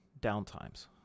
downtimes